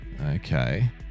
Okay